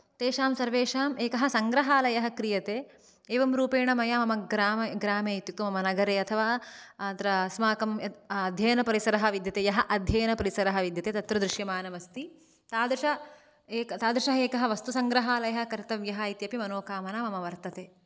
तेषां सर्वेषां एकः सङ्ग्रहालयः क्रियते एवं रूपेण मया मम ग्राम ग्रामे इत्युक्तौ मम नगरे अथवा अत्र अस्माकं अध्ययनपरिसरः विद्यते यः अध्ययनपरिसरः विद्यते तत्र दृश्यमानम् अस्ति तादृश एक तादृशः एकः वस्तुसङ्ग्रहालयः कर्तव्यः इत्यपि मनोकामना मम वर्तते